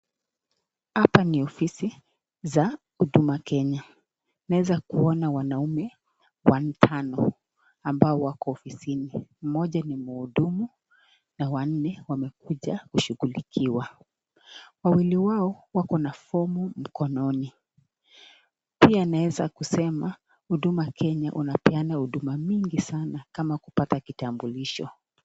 Hapa ni ofisi za huduma kenya, naweza kuona wanaume watano ambao wako ofisini. Mmoja ni mhudumu na wanne wamekuja kushughulikiwa. Wawili wao wako na fomu mkononi pia naweza kusema huduma kenya unapeana huduma mingi sana kama kupata kitambulisho.